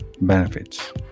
benefits